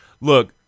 Look